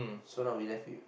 so now we left you